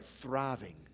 thriving